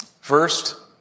First